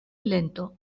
lento